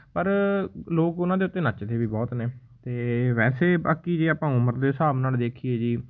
ਪਰ ਲੋਕ ਉਹਨਾਂ ਦੇ ਉੱਤੇ ਨੱਚਦੇ ਵੀ ਬਹੁਤ ਨੇ ਅਤੇ ਵੈਸੇ ਬਾਕੀ ਜੇ ਆਪਾਂ ਉਮਰ ਦੇ ਹਿਸਾਬ ਨਾਲ ਦੇਖੀਏ ਜੀ